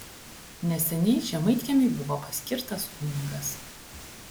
neseniai žemaitkiemiui buvo paskirtas kunigas